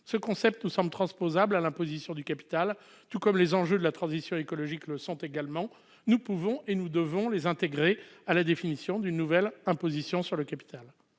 Ce concept nous semble transposable à l'imposition du capital, tout comme les enjeux de la transition écologique. Nous pouvons et nous devons les intégrer à la définition d'une nouvelle imposition sur le capital.